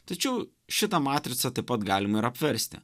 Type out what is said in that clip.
tačiau šitą matricą taip pat galim ir apversti